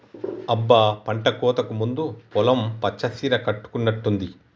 అబ్బ పంటకోతకు ముందు పొలం పచ్చ సీర కట్టుకున్నట్టుంది